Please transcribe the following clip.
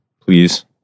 please